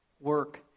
work